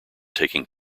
taking